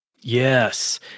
Yes